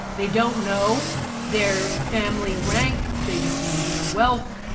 they don't know their family rank, they don't know their wealth,